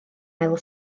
ail